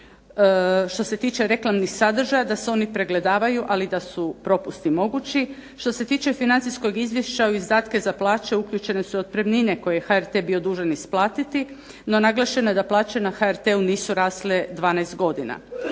što se tiče reklamnih sadržaja da se oni pregledavaju ali da su propusti mogući. Što se tiče financijskog izvješća u izdatke za plaće uključene su otpremnine koje je HRT bio dužan isplatiti, no naglašeno je da plaće na HRT-u nisu rasle 12 godina.